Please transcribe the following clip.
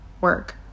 work